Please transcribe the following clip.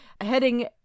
Heading